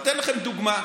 אני אתן לכם דוגמה.